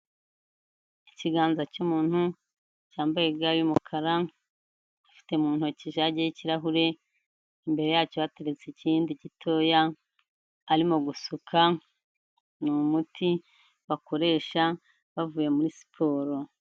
Ikiganza cy'umuntu, cyambaye ga y'umukara, ufite mu ntoki ijage y'ikirahure, imbere yacyo hateretse ikindi gitoya, arimo gusuka, ni umuti bakoresha bavuye muri siporo.